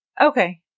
Okay